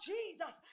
Jesus